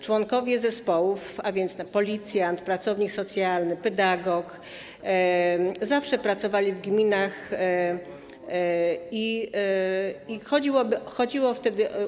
Członkowie zespołów, a więc policjant, pracownik socjalny, pedagog, zawsze pracowali w ramach gminy i chodziło wtedy.